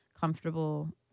comfortable